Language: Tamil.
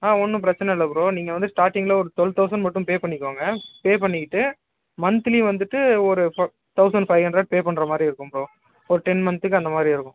ஆ ஒன்றும் பிரச்சின இல்லை ப்ரோ நீங்கள் வந்து ஸ்டாட்டிங்கில் ஒரு டுவெல் தௌசண்ட் மட்டும் பே பண்ணிக்கோங்க பே பண்ணிக்கிட்டு மன்த்லி வந்துட்டு ஒரு ப தௌசண்ட் ஃபைவ் ஹண்ட்ரட் பே பண்ணுற மாதிரி இருக்கும் ப்ரோ ஒரு டென் மன்த்துக்கு அந்தமாதிரி இருக்கும்